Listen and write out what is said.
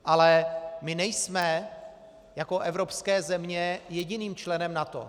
Ale nejsme jako evropské země jediným členem NATO.